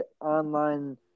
online